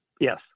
Yes